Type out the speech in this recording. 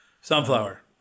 Sunflower